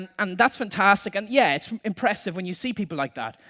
and and that's fantastic and yeah, it's impressive when you see people like that.